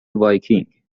وایکینگ